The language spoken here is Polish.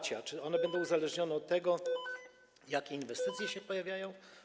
Czy one będą uzależnione od tego, jakie inwestycje się pojawiają?